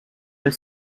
are